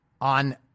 on